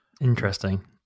interesting